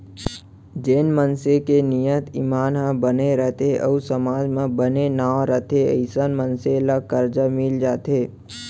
जेन मनसे के नियत, ईमान ह बने रथे अउ समाज म बने नांव रथे अइसन मनसे ल करजा मिल जाथे